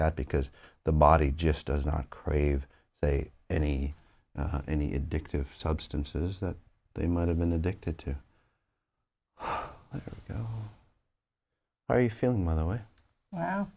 that because the body just does not crave they any any addictive substances that they might have been addicted to are you feeling by the way wow